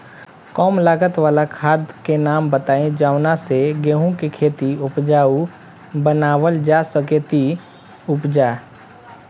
कम लागत वाला खाद के नाम बताई जवना से गेहूं के खेती उपजाऊ बनावल जा सके ती उपजा?